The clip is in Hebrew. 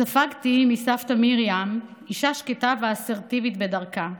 ספגתי מסבתא מרים, אישה שקטה ואסרטיבית בדרכה,